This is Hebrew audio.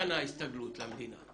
הסתגלות למדינה,